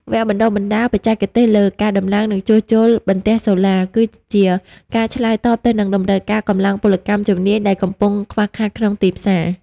វគ្គបណ្ដុះបណ្ដាលបច្ចេកទេសលើ "ការតម្លើង និងជួសជុលបន្ទះសូឡា" គឺជាការឆ្លើយតបទៅនឹងតម្រូវការកម្លាំងពលកម្មជំនាញដែលកំពុងខ្វះខាតក្នុងទីផ្សារ។